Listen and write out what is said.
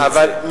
אבל,